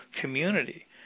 community